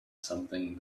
something